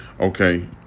Okay